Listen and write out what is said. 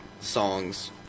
songs